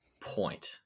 point